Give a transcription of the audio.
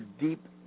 deep